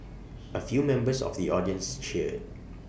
A few members of the audience cheered